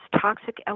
toxic